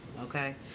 okay